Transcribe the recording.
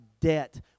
debt